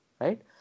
right